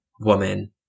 woman